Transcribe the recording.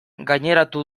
gaineratu